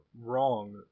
wrong